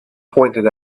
pointed